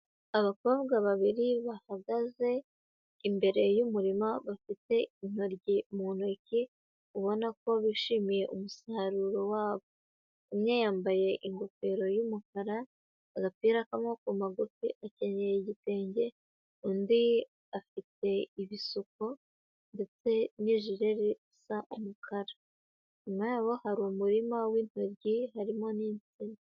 Abakobwa babiri bahagaze imbere y’umurima, bafite intoryi mu ntoki, ubona ko bishimiye umusaruro wabo. Umwe yambaye ingofero y’umukara, agapira k’amaboko magufi, atenye igitenge undi afite ibisuko, ndetse n’ijire risa n’umukara. Nyuma y’aho, hari umurima w’intoryi, harimo n’intsina."